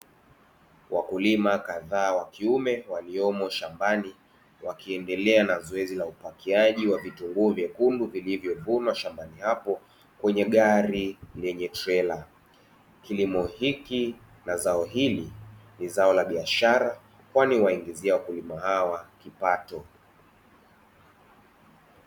Wakulima kadhaa wa kiume waliomo shambani wakiendelea na zoezi la upakiaji wa vitunguu vyekundu, vilivyovunwa shambani hapo kwenye gari yenye trailer kilimo hiki na zao hili ni zao la biashara kwani waingizia wakulima hawa kipato.